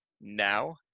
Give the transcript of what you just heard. now